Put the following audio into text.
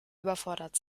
überfordert